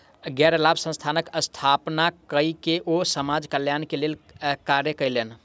गैर लाभ संस्थानक स्थापना कय के ओ समाज कल्याण के लेल कार्य कयलैन